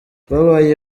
babaye